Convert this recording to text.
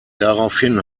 daraufhin